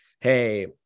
hey